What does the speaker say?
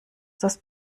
das